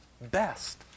best